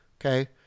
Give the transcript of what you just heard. okay